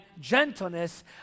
gentleness